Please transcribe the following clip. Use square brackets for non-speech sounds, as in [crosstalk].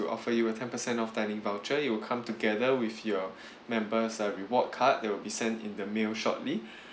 offer you a ten percent of dining voucher it'll come together with your [breath] members uh reward card they will be sent in the mail shortly